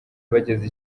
bageze